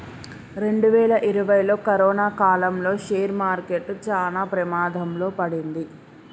రెండువేల ఇరవైలో కరోనా కారణంగా షేర్ మార్కెట్ చానా ప్రమాదంలో పడింది